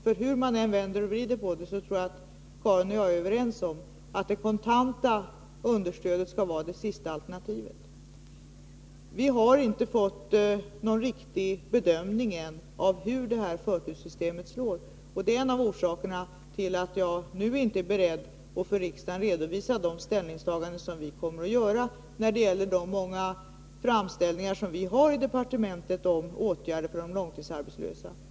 Hur man än vänder och vrider på det tror jag att Karin Andersson och jag är överens om att det kontanta understödet skall vara det sista alternativet. Vi har inte fått någon riktig bedömning än av hur förturssystemet slår. Det är en av orsakerna till att jag nu inte är beredd att för riksdagen redovisa de ställningstaganden som vi kommer att göra när det gäller de många framställningar som vi har i departementet om åtgärder för de långtidsar betslösa.